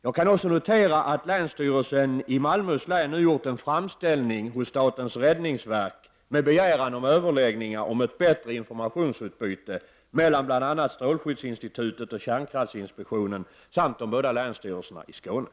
Jag kan också notera att länsstyrelsen i Malmöhus län nu gjort en framställning hos statens räddningsverk med begäran om överläggningar om ett bättre informationsutbyte mellan bl.a. strålskyddsinstitutet och kärnkraftsinspektionen samt de både länsstyrelserna i Skåne.